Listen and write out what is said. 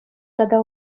тата